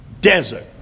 desert